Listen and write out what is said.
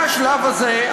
מהשלב הזה,